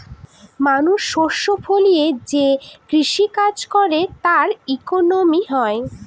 মানুষ শস্য ফলিয়ে যে কৃষি কাজ করে তার ইকোনমি হয়